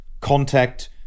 contact